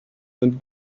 and